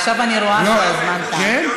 ועכשיו אני רואה שהזמן תם.